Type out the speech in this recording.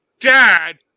Dad